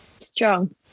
Strong